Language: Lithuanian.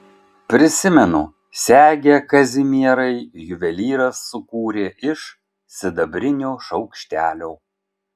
prisimenu segę kazimierai juvelyras sukūrė iš sidabrinio šaukštelio